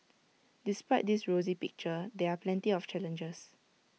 despite this rosy picture there are plenty of challenges